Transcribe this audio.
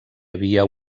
havia